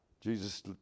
Jesus